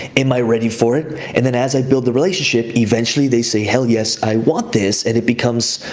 am i ready for it? and then as i build the relationship, eventually they say, hell yes, i want this, and it becomes,